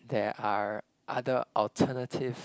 there are other alternative